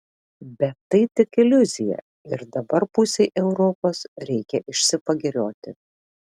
bet tai tik iliuzija ir dabar pusei europos reikia išsipagirioti